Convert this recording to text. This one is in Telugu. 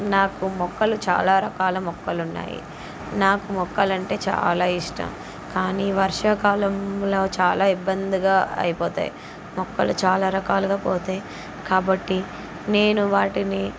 నాకు మొక్కలు చాలా రకాల మొక్కలున్నాయి నాకు మొక్కలంటే చాలా ఇష్టం కానీ వర్షకాలంలో చాలా ఇబ్బందిగా అయిపోతాయి మొక్కలు చాలా రకాలుగా పోతాయి కాబట్టి నేను వాటిని